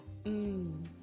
Mmm